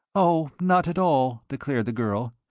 oh, not at all, declared the girl.